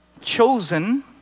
chosen